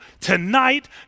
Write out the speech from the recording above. tonight